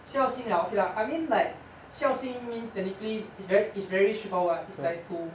孝心 ah okay lah I mean like 孝心 means technically it's very it's very straightforward [what] it's like to